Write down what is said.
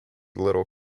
little